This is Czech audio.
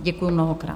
Děkuji mnohokrát.